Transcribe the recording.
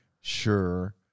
sure